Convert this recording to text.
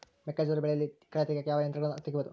ಮೆಕ್ಕೆಜೋಳ ಬೆಳೆಯಲ್ಲಿ ಕಳೆ ತೆಗಿಯಾಕ ಯಾವ ಯಂತ್ರಗಳಿಂದ ತೆಗಿಬಹುದು?